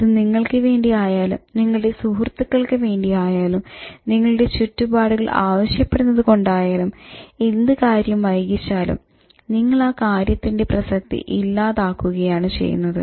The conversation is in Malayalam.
അത് നിങ്ങൾക്ക് വേണ്ടി ആയാലും നിങ്ങളുടെ സുഹൃത്തുക്കൾക്ക് വേണ്ടി ആയാലും നിങ്ങളുടെ ചുറ്റുപാടുകൾ ആവശ്യപ്പെടുന്നത് കൊണ്ടായാലും എന്ത് കാര്യം വൈകിച്ചാലും നിങ്ങൾ ആ കാര്യത്തിന്റെ പ്രസക്തി ഇല്ലാതാക്കുകയാണ് ചെയ്യുന്നത്